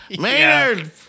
Maynard